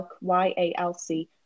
y-a-l-c